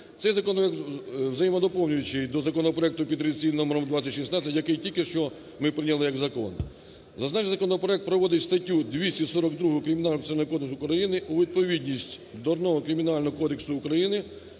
Цей законопроект взаємодоповнюючий до законопроекту під реєстраційним номером 2016, який тільки що ми прийняли як закон. Зазначений законопроект приводить статтю 242 Кримінального процесуального кодексу України у відповідність до одного Кримінального кодексу України